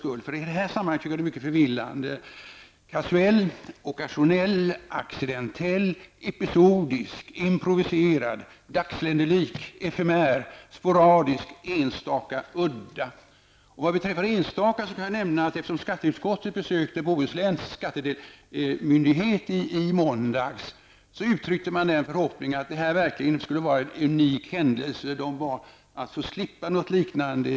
Ordet tillfällig kan betyda följande: kasuell, ockasionell, accidentell, episodisk, improviserad, dagsländelik, efemär, sporadisk, enstaka och udda. Apropå ''enstaka'' kan jag nämna att man på Göteborgs och Bohus läns skattemyndighet, som skatteutskottet besökte i måndags, uttryckte en förhoppning om att detta verkligen skulle vara en unik händelse. Man bad att i fortsättningen få slippa något liknande.